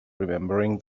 remembering